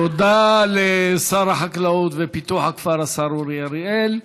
תודה לשר החקלאות ופיתוח הכפר, השר אורי אריאל.